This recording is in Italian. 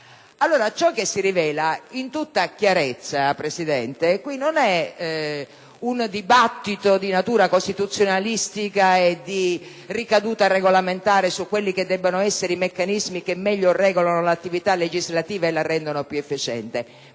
Ciò che si rivela in tutta chiarezza, Presidente, non è un dibattito di natura costituzionalistica e con ricaduta regolamentare sui meccanismi che meglio regolano l'attività legislativa e la rendono più efficiente,